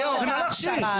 בשביל מה להכשיר?